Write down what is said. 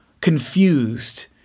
confused